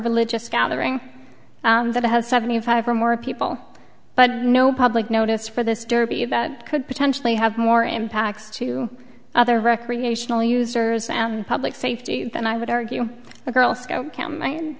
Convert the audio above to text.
religious gathering that has seventy five or more people but no public notice for this derby that could potentially have more impacts to other recreational users and public safety then i would argue the girl scout camp